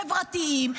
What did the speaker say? חברתיים.